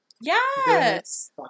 Yes